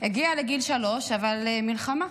הגיע לגיל שלוש, אבל, מלחמה.